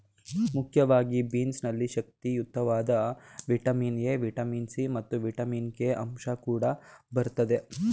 ಮುಖ್ಯವಾಗಿ ಬೀನ್ಸ್ ನಲ್ಲಿ ಶಕ್ತಿಯುತವಾದ ವಿಟಮಿನ್ ಎ, ವಿಟಮಿನ್ ಸಿ ಮತ್ತು ವಿಟಮಿನ್ ಕೆ ಅಂಶ ಕಂಡು ಬರ್ತದೆ